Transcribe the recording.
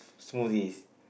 smoothies